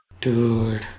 Dude